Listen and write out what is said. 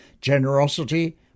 Generosity